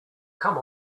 come